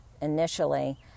initially